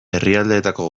herrialdeetako